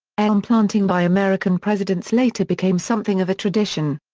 elm-planting by american presidents later became something of a tradition.